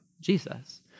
Jesus